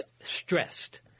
Stressed